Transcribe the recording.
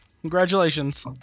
Congratulations